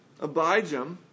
abijam